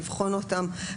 לבחון אותם,